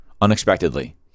unexpectedly